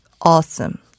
awesome